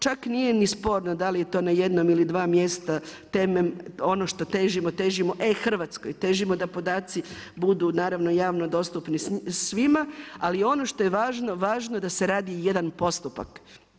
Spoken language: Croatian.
Čak nije ni sporno da li je to na jednom ili dva mjesta ono što težimo, težimo e-Hrvatskoj, težimo da podaci budu naravno i javno dostupni svima ali i ono što je važno, važno je da se radi jedan postupak.